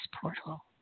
portal